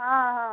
ହଁ ହଁ